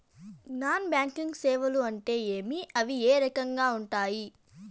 non banking సేవలు అంటే ఏమి అవి ఏ రకంగా ఉండాయి